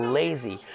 lazy